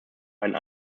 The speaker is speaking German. einen